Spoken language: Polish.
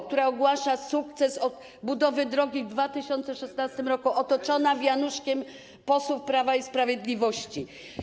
która ogłasza sukces budowy drogi w 2016 r., otoczona wianuszkiem posłów Prawa i Sprawiedliwości.